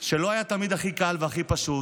שלא היה תמיד הכי קל והכי פשוט,